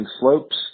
slopes